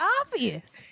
obvious